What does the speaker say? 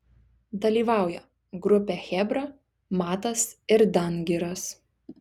dalyvauja grupė chebra matas ir dangiras